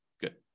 Good